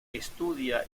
estudia